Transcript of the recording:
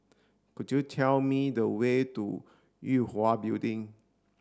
do you tell me the way to Yue Hwa Building